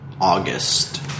August